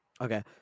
Okay